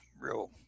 real